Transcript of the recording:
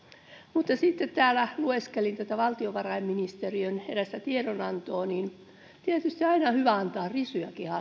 mutta sitten lueskelin tätä valtiovarainministeriön erästä tiedonantoa ja tietysti on aina hyvä antaa risujakin